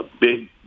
big